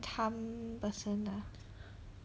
tham person ah